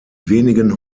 wenigen